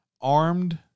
armed